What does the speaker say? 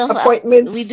appointments